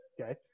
Okay